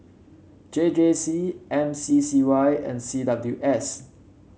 J J C M C C Y and C W S